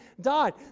died